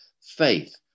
faith